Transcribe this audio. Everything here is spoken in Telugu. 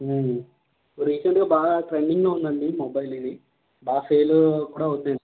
రీసెంట్గా బాగా ట్రెండింగ్లో ఉంది అండి మొబైల్ ఇది బాగా సేల్ కూడా ఉంది అండి